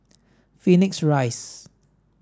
Phoenix Rise